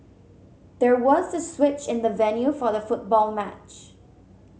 there was a switch in the venue for the football match